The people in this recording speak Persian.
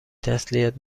تسلیت